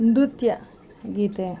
ನೃತ್ಯ ಗೀತೆ